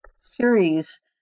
series